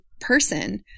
person